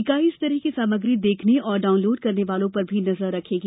इकाई इस तरह की सामग्री देखने और डाउनलोड करने वालों पर भी नजर रखेगी